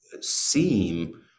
seem